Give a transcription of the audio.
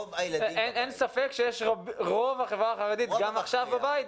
ורוב הילדים --- אין ספק שרוב החברה החרדית גם עכשיו בבית,